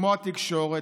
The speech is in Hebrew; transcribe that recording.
כמו התקשורת,